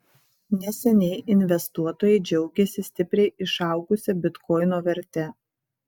neseniai investuotojai džiaugėsi stipriai išaugusia bitkoino verte